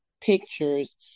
pictures